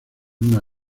una